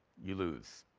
you lose.